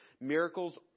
Miracles